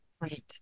Right